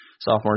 sophomore